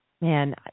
man